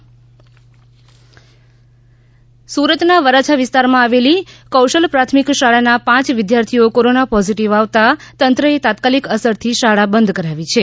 વિદ્યાર્થીઓને કોરોનાનો ચેપ સુરતના વરાછા વિસ્તારમાં આવેલી કૌશલ પ્રાથમિક શાળાના પાંચ વિદ્યાર્થીઓ કોરોના પોઝિટિવ આવતા તંત્રએ તાત્કાલિક અસરથી શાળા બંધ કરાવી છે